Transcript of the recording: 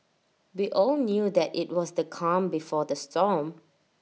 we all knew that IT was the calm before the storm